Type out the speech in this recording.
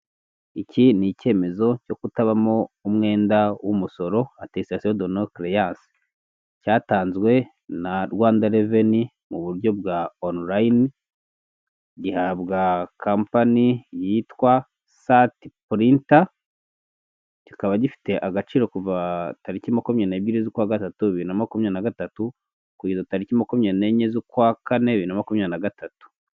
Iki ni icyemezo cyo kutabamo umwenda w'umusoro atesitasiyo donokereyanse cyatanzwe na Rwanda reveni mu buryo bwa onulayini, gihabwa kampani yitwa sati purinta, kikaba gifite agaciro kuva taliki makumyabiri n'ebyiri z'ukwa gatatu bibiri na makumyabiri na gatatu kugeza tariki makumyabiri n'enye z'ukwa kane bibiri na makumyabiri na gatatu.